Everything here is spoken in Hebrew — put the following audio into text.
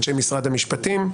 אנשי משרד המשפטים,